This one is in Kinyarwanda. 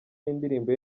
y’indirimbo